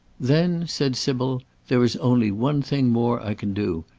then, said sybil, there is only one thing more i can do.